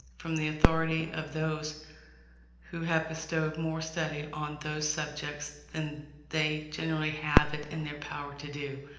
from the authority of those who have bestowed more study on those subjects than they generally have it in their power to do.